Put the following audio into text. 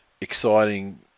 exciting